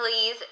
please